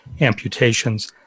amputations